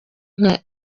nka